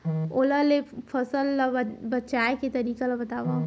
ओला ले फसल ला बचाए के तरीका ला बतावव?